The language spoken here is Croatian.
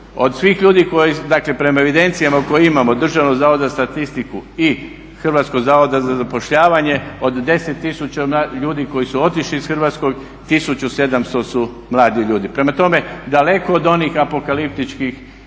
Od svih ljudi koji, dakle prema evidencijama koje imamo Državnog zavoda za statistiku i Hrvatskog zavoda za zapošljavanje od 10 tisuća ljudi koji su otišli iz Hrvatske 1700 su mladi ljudi. Prema tome daleko od onih apokaliptičkih